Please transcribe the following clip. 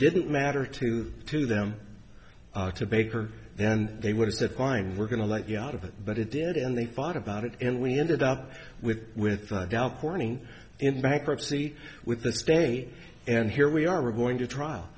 didn't matter to to them to baker then they would have to find we're going to let you out of it but it did and they thought about it and we ended up with with dow corning in bankruptcy with this day and here we are we're going to trial